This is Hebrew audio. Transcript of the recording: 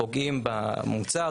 פוגעים במוצר.